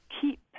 keep